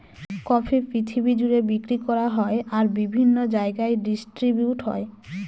coffee পৃথিবী জুড়ে বিক্রি করা হয় আর বিভিন্ন জায়গায় ডিস্ট্রিবিউট হয়